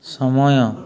ସମୟ